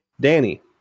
Danny